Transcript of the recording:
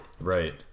Right